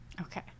Okay